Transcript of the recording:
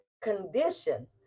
condition